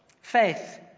faith